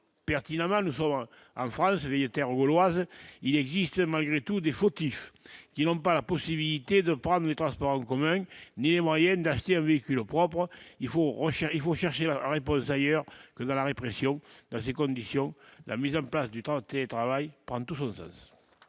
pertinemment le à ouvrage veiller terreau gauloise, il existe malgré tout des fautifs, qui n'ont pas la possibilité de prendre les transports en commun, ni les moyens d'acheter un véhicule propre, il faut aussi, il faut chercher la réponse d'ailleurs que dans la répression, dans ces conditions, la mise en place du 31 travail toujours.